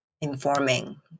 informing